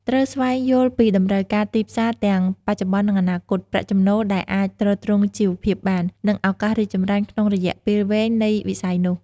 ត្រូវស្វែងយល់ពីតម្រូវការទីផ្សារទាំងបច្ចុប្បន្ននិងអនាគត ប្រាក់ចំណូលដែលអាចទ្រទ្រង់ជីវភាពបាន និងឱកាសរីកចម្រើនក្នុងរយៈពេលវែងនៃវិស័យនោះ។